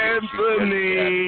Anthony